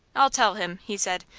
i'll tell him, he said.